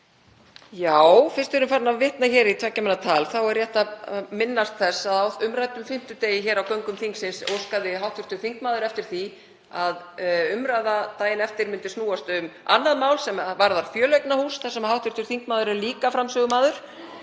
Fyrst við erum farin að vitna í tveggja manna tal er rétt að minnast þess að á umræddum fimmtudegi hér á göngum þingsins óskaði hv. þingmaður eftir því að umræða daginn eftir myndi snúast um annað mál sem varðar fjöleignarhús þar sem hv. þingmaður var líka framsögumaður,